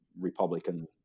Republican